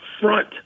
front